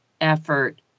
effort